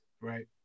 Right